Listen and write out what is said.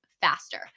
faster